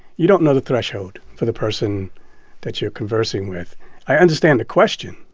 you don't know the threshold for the person that you're conversing with i understand the question.